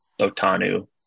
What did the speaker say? Otanu